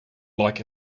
like